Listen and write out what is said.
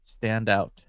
standout